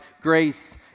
grace